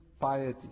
piety